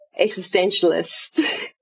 existentialist